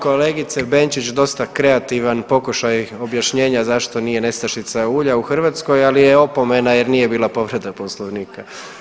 Kolegice Benčić, dosta kreativan pokušaj objašnjenja zašto nije nestašica ulja u Hrvatskoj, ali je opomena jer nije bila povreda Poslovnika.